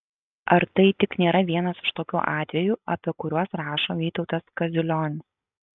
ar tai tik nėra vienas iš tokių atvejų apie kuriuos rašo vytautas kaziulionis